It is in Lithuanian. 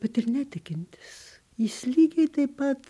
bet ir netikintis jis lygiai taip pat